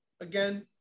again